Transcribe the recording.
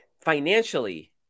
financially